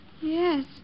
Yes